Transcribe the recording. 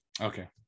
okay